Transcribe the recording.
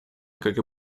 как